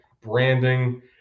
branding